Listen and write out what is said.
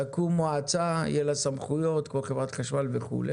תקום מועצה, יהיה לה סמכויות כמו חברת חשמל וכו'.